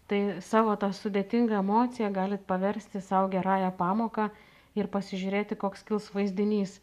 tai savo tą sudėtingą emociją galit paversti sau gerąja pamoka ir pasižiūrėti koks kils vaizdinys